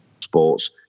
sports